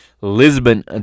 Lisbon